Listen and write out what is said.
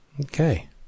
Okay